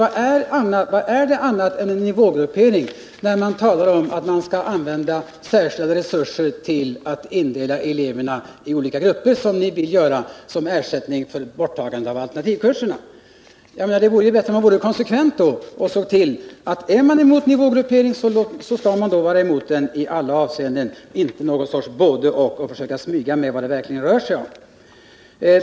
Vad är det annat än en nivågruppering när man talar om att man vill ge särskilda resurser för att indela eleverna i olika grupper, som ni vill göra som ersättning för alternativkurserna. Man måste vara konsekvent. Är man emot nivågruppering skall man vara det i alla avseenden, och man skall inte försöka smyga med vad det verkligen rör sig om.